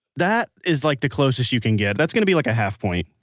that is like the closest you can get. that's going to be like a half point.